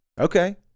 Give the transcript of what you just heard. Okay